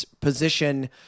position